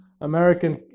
American